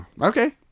Okay